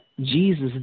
Jesus